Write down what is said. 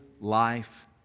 life